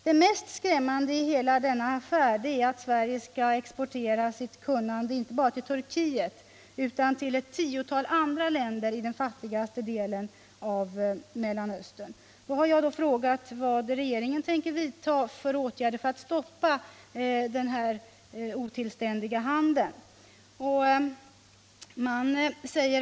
Det mest skrämmande i hela denna affär är att Sverige skall exportera sitt kunnande inte bara till Turkiet, utan till ett tiotal andra länder i den fattigaste delen av Mellanöstern. Jag har frågat vad regeringen tänker vidta för åtgärder för att stoppa den här otillständiga handeln.